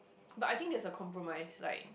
but I think there is a compromise like